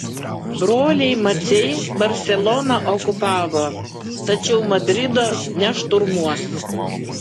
broliai maciai barseloną okupavo tačiau madrido nešturmuos